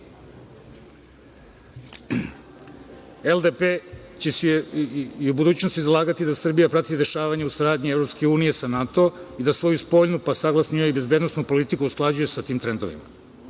će se i u budućnosti zalagati da Srbija prati dešavanja uz saradnju EU sa NATO i da svoju spoljnu, pa saglasno njoj i bezbednosnu politiku, usklađuje sa tim trendovima.